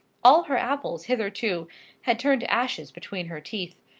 all her apples hitherto had turned to ashes between her teeth,